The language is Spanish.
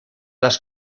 las